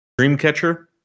Dreamcatcher